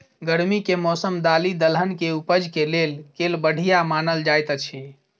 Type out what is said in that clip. गर्मी केँ मौसम दालि दलहन केँ उपज केँ लेल केल बढ़िया मानल जाइत अछि?